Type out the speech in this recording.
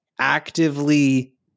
actively